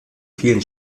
vielen